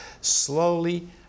slowly